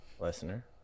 listener